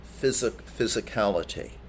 physicality